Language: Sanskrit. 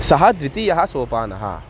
सः द्वितीयः सोपानः